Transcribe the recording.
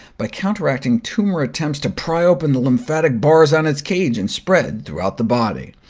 by counteracting tumor attempts to pry open the lymphatic bars on its cage and spread throughout the body,